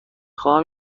خواهم